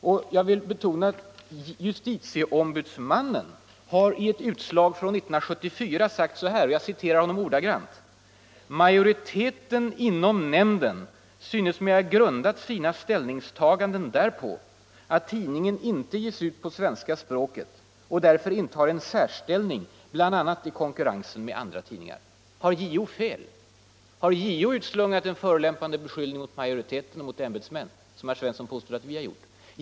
Vidare 49 har JO i ett utslag från 1974 slagit fast: ”Majoriteten inom nämnden synes mig ha grundat sina ställningstaganden därpå att tidningen inte ges ut på svenska språket och därför intar en särställning bl.a. i konkurrensen med andra tidningar.” Har JO fel? Har JO utslungat en ”förolämpande” beskyllning mot majoriteten och mot ämbetsmän, som herr Svensson påstår att vi har gjort?